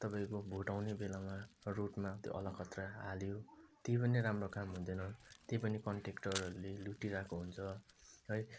तपाईँको भोट आउने बेलामा रोडमा त्यो अलकत्र हाल्यो त्यही पनि राम्रो काम हुँदैन त्यही पनि कन्ट्रयाक्टरहरूले लुटिरहेको हुन्छ है